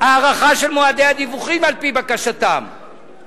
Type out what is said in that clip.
הארכה של מועדי הדיווחים על-פי בקשתם,